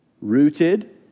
rooted